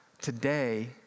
today